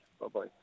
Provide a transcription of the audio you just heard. Bye-bye